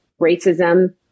racism